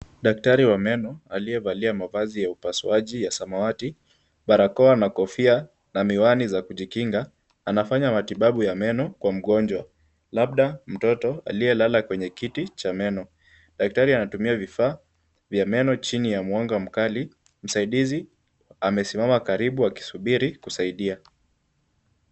Daktari wa meno aliye valia mavazi ya upasuaji ya samawati, barakoa na kofia na mavazi ya kujikinga, anafanya matibabu ya meno kwa mgonjwa labda mtoto aliyelala kwenye kiti cha meno. Daktari anatumia vifaa, chini ya mwanga mkali. Msaidizi amesimama karibu, akisubiri kusaidia.